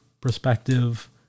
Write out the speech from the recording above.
perspective